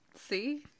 See